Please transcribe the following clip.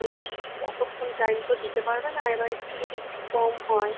উনি ঠিক অতক্ষণ টাইম তো দিতে পারবে না এবার একটু যদি একটু কম হয়